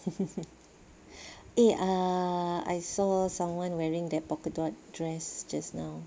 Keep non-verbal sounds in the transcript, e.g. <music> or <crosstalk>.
<laughs> eh ah I saw someone wearing that polka dot dress just now